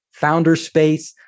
Founderspace